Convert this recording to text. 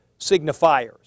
signifiers